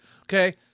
Okay